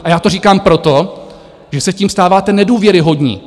A já to říkám proto, že se tím stáváte nedůvěryhodní.